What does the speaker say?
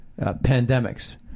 pandemics